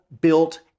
built